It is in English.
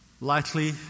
lightly